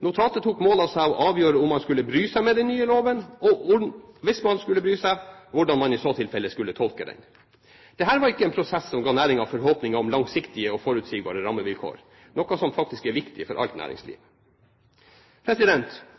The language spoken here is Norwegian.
Notatet tok mål av seg til å avgjøre om man skulle bry seg med den nye loven, og – hvis man skulle bry seg – hvordan man i så tilfelle skulle tolke den. Dette var ikke en prosess som ga næringen forhåpninger om langsiktige og forutsigbare rammevilkår, noe som faktisk er viktig for alt